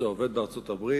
זה עובד בארצות-הברית,